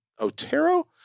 Otero